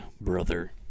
brother